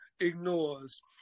ignores